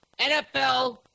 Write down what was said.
NFL